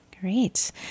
Great